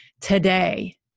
today